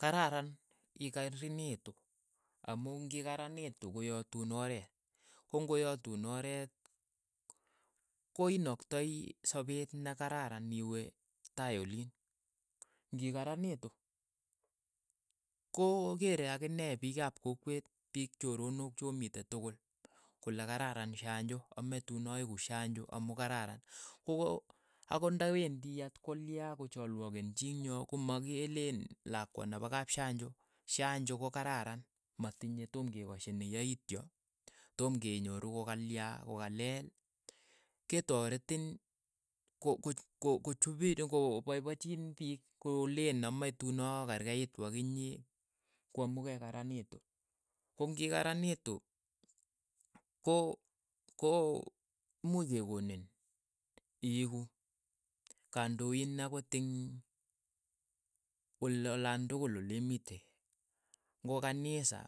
Kararan ikaarniitu amu ing'araniitu koyatuun oreet, kong'oyatun oreet ko inaktai sapeet nekararan iwe tai oliin, ng'ikaranitu kokeere akine piik ap kokwet piik choronok cho mitei tukul kole kararan shanjo amee tuun aeku shanjo amu kararan, ko- ko akot nda wendi atkolia kochalwaken chii eng' yo komakeleen lakwa nepo kapshanjo, shanjo kokararan, matinyei tom kekashini yaityo, tom kenyoru ko kalya ko ka leel, ketoretin ko- ko ko paipachiin piik koleen amae tuun aakerkeitu ak inye, ko amu kekaranitu, ko ng'i karanitu ko- ko muuch kekonin iieku kandoin akot eng' olandokul olemitei, ng'o kanisa.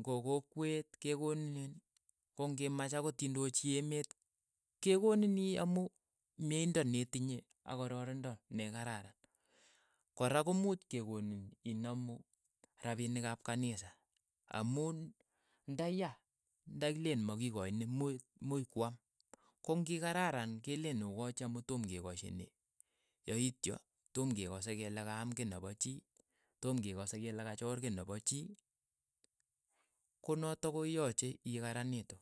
ng'o kokwet ke konin ko ng'imach akot indochi emet kekonin ii amu myeindo netinye ak kororindo nekararan, kora komuuch kekonin inamu rapinik ap kanisa amun ndaya ndakileen ma ki ko chini. mu- muuch kwaam, ko ng'ikararan keleen okachi amu toom kekoshini yaityo tom kekase kele kaam kiy nepo chii, tom kekase kole kachor kiy nepo chii. konotok koiyache ikaranitu.